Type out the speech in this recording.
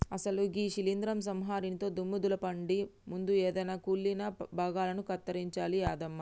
అసలు గీ శీలింద్రం సంహరినితో దుమ్ము దులపండి ముందు ఎదైన కుళ్ళిన భాగాలను కత్తిరించాలి యాదమ్మ